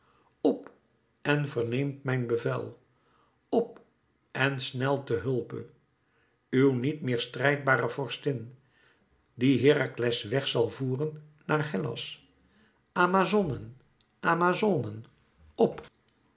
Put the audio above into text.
op en verneemt mijn bevel op en snelt te hulpe uw niet meer strijdbare vorstin die herakles weg zal voeren naar hellas amazonen amazonen op